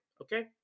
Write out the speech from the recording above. Okay